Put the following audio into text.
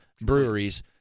breweries